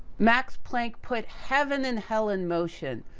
max planck put heaven and hell in motion,